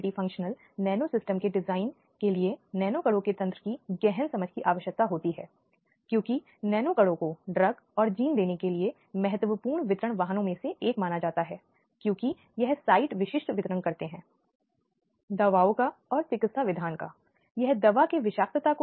पिछले व्याख्यान में हमने कुछ अपराधों पर चर्चा करने की कोशिश की जो विशेष रूप से 2013 के आपराधिक कानून संशोधन के बाद भारतीय दंड संहिता में सूचीबद्ध किए गए हैं ताकि महिलाओं के साथ और विभिन्न प्रकार की हिंसा से रक्षा हो सके